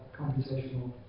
computational